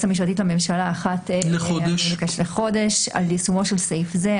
המשפטית לממשלה אחת לחודש על יישומו של סעיף זה.